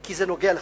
כי זה נוגע לך.